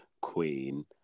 queen